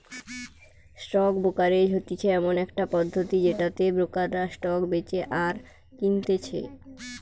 stock brokerage হতিছে এমন একটা পদ্ধতি যেটাতে ব্রোকাররা স্টক বেচে আর কিনতেছে